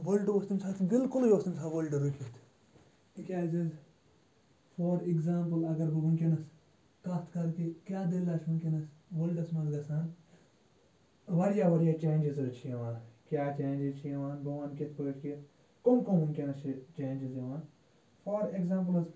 world اوس تمہِ ساتہٕ بالکُلٕے اوس تَمہِ ساتہٕ وٲلڈٕ رُکِتھ تِکیٛازِ حظ فار اٮ۪گزامپٕل اگر بہٕ وٕنۍکٮ۪نَس کَتھ کَرٕ کہِ کیٛاہ دٔلیٖلہ چھےٚ وٕنۍکٮ۪نَس وٲلڈَس منٛز گژھان واریاہ واریاہ چنٛجِز حظ چھِ یِوان کیٛاہ چنٛجِز چھِ یِوان بہٕ وَنہٕ کِتھ پٲٹھۍ کہِ کٕم کٕم وٕنۍکٮ۪نَس چھِ چینجِز یِوان فار اٮ۪گزامپٕل حظ